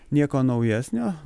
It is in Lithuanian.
nieko naujesnio